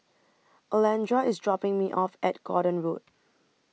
Alondra IS dropping Me off At Gordon Road